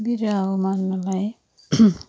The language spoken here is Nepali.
बिरुवा उमार्नुलाई